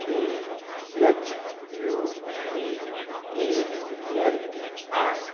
A H U B A L I